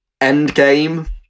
Endgame